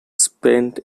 spent